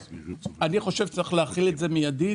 אני חושב שצריך להחיל את זה מיידית,